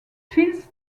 fils